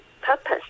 purpose